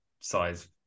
size